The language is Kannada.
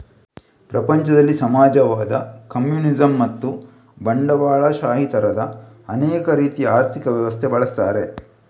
ಪ್ರಪಂಚದಲ್ಲಿ ಸಮಾಜವಾದ, ಕಮ್ಯುನಿಸಂ ಮತ್ತು ಬಂಡವಾಳಶಾಹಿ ತರದ ಅನೇಕ ರೀತಿಯ ಆರ್ಥಿಕ ವ್ಯವಸ್ಥೆ ಬಳಸ್ತಾರೆ